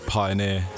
pioneer